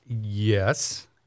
yes